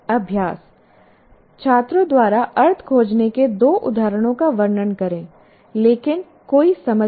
अभ्यास छात्रों द्वारा अर्थ खोजने के दो उदाहरणों का वर्णन करें लेकिन कोई समझ नहीं